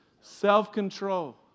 self-control